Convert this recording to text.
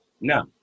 No